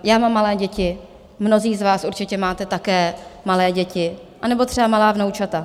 Já mám malé děti, mnozí z vás určitě máte také malé děti, anebo třeba malá vnoučata.